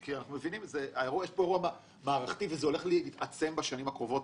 כי אנחנו מבינים שיש פה אירוע מערכתי שהולך להתעצם בשנים הקרובות,